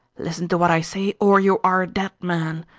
listen to what i say or you are a dead man.